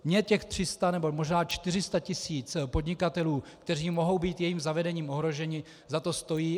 Mně těch 300, možná 400 tisíc podnikatelů, kteří mohou být jejím zavedením ohroženi, za to stojí.